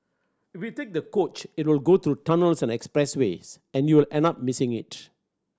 if you take the coach it will go through tunnels and expressways and you will end up missing it